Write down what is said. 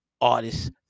artists